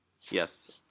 Yes